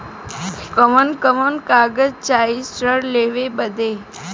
कवन कवन कागज चाही ऋण लेवे बदे?